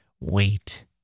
WAIT